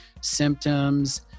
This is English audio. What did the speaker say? symptoms